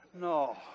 No